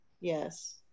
yes